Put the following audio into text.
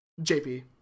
JP